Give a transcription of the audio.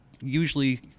usually